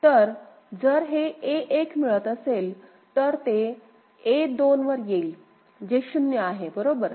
तर जर हे a1 मिळत असेल तर ते a2 वर येईल जे 0 आहे बरोबर